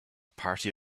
party